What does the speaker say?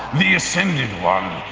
the ascended one,